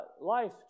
Life